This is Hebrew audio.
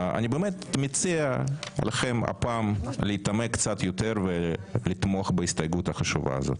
אני באמת מציע לכם הפעם להתעמק קצת יותר ולתמוך בהסתייגות החשובה הזאת.